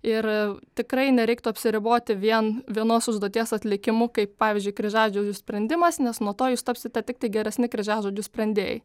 ir tikrai nereiktų apsiriboti vien vienos užduoties atlikimu kaip pavyzdžiui kryžiažodžių sprendimas nes nuo to jūs tapsite tiktai geresni kryžiažodžių sprendėjai